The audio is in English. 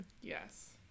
yes